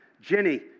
Jenny